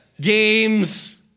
Games